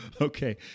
Okay